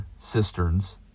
cisterns